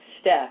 step